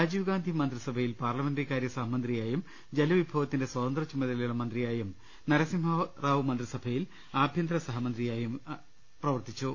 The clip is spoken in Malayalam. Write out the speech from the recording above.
രാജീവ് ഗാന്ധി മന്ത്രിസഭയിൽ പാർലമെന്ററി കാര്യ സഹമന്ത്രിയായും ജലവിഭവത്തിന്റെ സ്വതന്ത്ര ചുമതലയുള്ള മന്ത്രിയായും നരസിംഹറാവു മന്ത്രിസഭയിൽ ആഭ്യന്തര സഹമന്ത്രിയും പ്രവർത്തിച്ചു